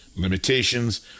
Limitations